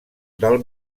del